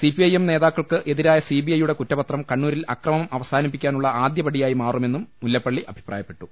CPIM നേതാക്കൾക്ക് എതിരായ സിബിഐയുടെ കുറ്റപത്രം കണ്ണൂരിൽ അക്രമം അവസാനിപ്പിക്കാനുള്ള ആദ്യ പടിയായി മാറുമെന്നും മുല്ലപ്പള്ളി അഭിപ്രായപ്പെട്ടു